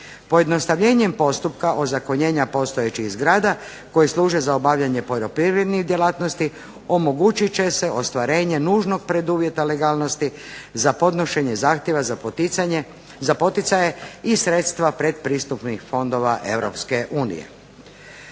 Pojednostavljenjem postupka ozakonjenja postojećih zgrada koje služe za obavljanje poljoprivrednih djelatnosti omogućit će se ostvarenje nužnog preduvjeta legalnosti za podnošenje zahtjeva za poticaje i sredstva predpristupnih fondova